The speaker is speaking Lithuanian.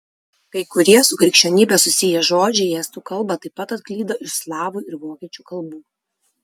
kai kurie su krikščionybe susiję žodžiai į estų kalbą taip pat atklydo iš slavų ir vokiečių kalbų